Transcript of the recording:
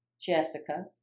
Jessica